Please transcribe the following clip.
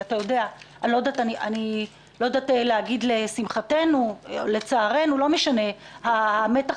אני לא יודעת להגיד אם לשמחתנו או לצערנו המתח